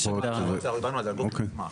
אז הוועדה המנהלת מאשרת.